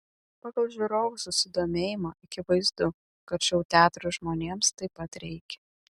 pagal žiūrovų susidomėjimą akivaizdu kad šou teatrų žmonėms taip pat reikia